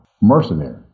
mercenary